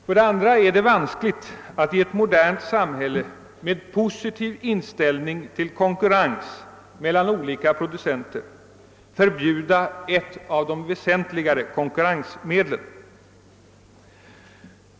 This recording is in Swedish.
För det andra är det vanskligt att i ett modernt samhälle nied positiv inställning till konkurrens mellan olika producenter förbjuda ett av de väsentligaste konkurrensmedlen.